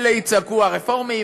אלה יצעקו: הרפורמים,